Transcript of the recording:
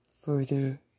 further